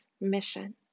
mission